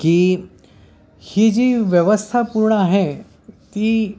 की ही जी व्यवस्था पूर्ण आहे ती